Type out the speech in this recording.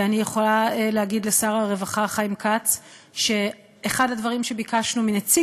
ואני יכולה להגיד לשר הרווחה חיים כץ שאחד הדברים שביקשנו מנציג